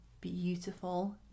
beautiful